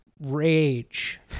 rage